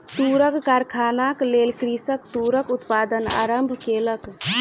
तूरक कारखानाक लेल कृषक तूरक उत्पादन आरम्भ केलक